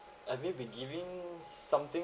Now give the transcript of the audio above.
I mean been giving something